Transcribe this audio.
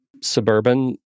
suburban